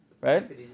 right